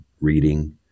reading